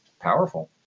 powerful